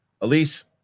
elise